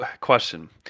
question